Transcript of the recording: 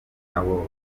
nabo